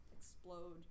explode